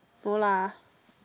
no lah